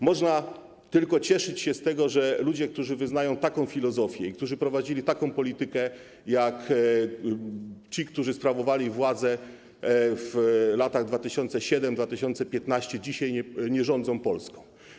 Można tylko cieszyć się z tego, że ludzie, którzy wyznają taką filozofię i którzy prowadzili taką politykę jak ci, którzy sprawowali władzę w latach 2007-2015, dzisiaj nie rządzą Polską.